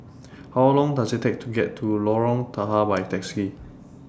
How Long Does IT Take to get to Lorong Tahar By Taxi